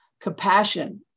compassion